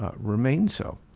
ah remained so.